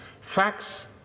facts